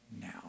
now